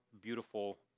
beautiful